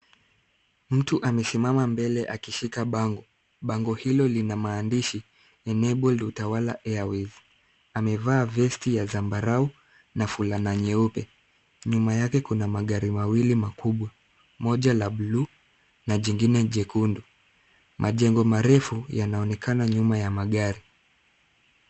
Mtu amesimama mbele akishika bango. Bango hilo lina maandishi, enabled utawala airways . Amevaa vesti ya zambarau, na fulana nyeupe. Nyuma yake kuna magari mawili makubwa, moja la bluu, na jingine jekundu. Majengo marefu yanaonekana nyuma ya magari.